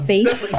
Face